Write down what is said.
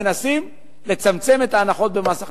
מנסים לצמצם את ההנחות במס הכנסה.